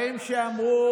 שזה לא, להוציא אותו.